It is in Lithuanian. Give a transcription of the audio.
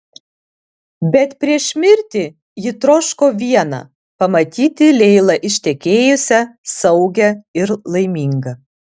bet prieš mirtį ji troško viena pamatyti leilą ištekėjusią saugią ir laimingą